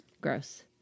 Gross